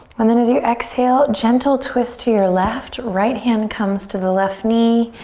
and then as you exhale, gentle twists to your left. right hand comes to the left knee,